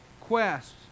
quest